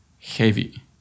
heavy